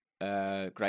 great